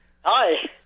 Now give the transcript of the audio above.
hi